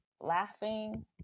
laughing